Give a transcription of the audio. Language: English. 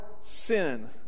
sin